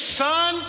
son